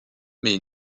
mais